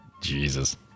Jesus